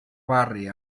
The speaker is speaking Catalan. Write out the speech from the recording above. barri